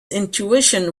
intuition